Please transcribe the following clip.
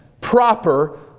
proper